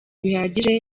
bihagije